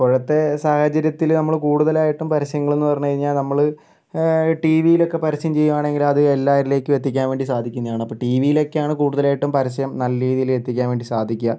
ഇപ്പോഴത്തെ സാഹചര്യത്തില് നമ്മള് കൂടുതലായിട്ടും പരസ്യങ്ങളെന്നു പറഞ്ഞു കഴിഞ്ഞാൽ നമ്മള് ടിവിലൊക്കെ പരസ്യം ചെയ്യുകയാണെങ്കില് അത് എല്ലാവരിലേക്കും എത്തിക്കാൻ വേണ്ടി സാധിക്കുന്നതാണ് ടിവിലൊക്കെയാണ് കൂടുതലായിട്ടും പരസ്യം നല്ല രീതിയില് എത്തിക്കാൻ വേണ്ടി സാധിക്കുക